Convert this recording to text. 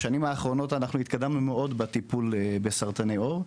בשנים האחרונות התקדמנו מאוד בטיפול בסרטני העור,